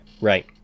right